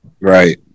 Right